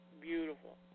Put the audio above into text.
beautiful